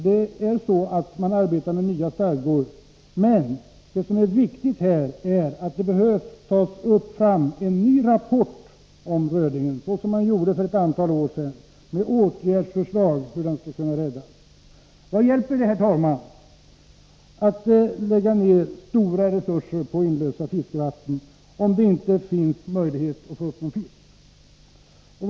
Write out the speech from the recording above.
Ja, visst arbetar man med nya stadgor, men det som är viktigt här är att det behöver tas fram en ny rapport om rödingen, såsom man gjorde för ett antal år sedan, med förslag till åtgärder för att rädda den. Herr talman! Vad hjälper det att lägga ner stora resurser på att inlösa fiskevatten, om det inte finns möjlighet att få upp någon fisk?